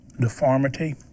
deformity